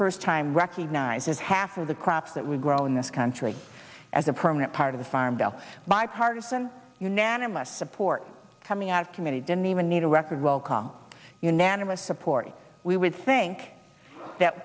first time recognizes half of the crops that we grow in this country as a permanent part of the farm bill bipartisan unanimous support coming out of committee didn't even need a record welcome unanimous support we would think that